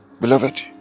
Beloved